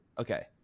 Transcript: okay